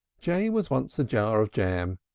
j was once a jar of jam,